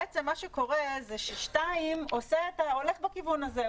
בעצם מה שקורה זה ש-(2) הולך בכיוון הזה.